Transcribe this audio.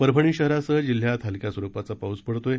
परभणी शहरासह जिल्ह्यात हलक्या स्वरूपाचा पाऊस पडत आहे